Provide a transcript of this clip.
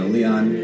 Leon